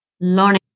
learning